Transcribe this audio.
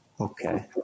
Okay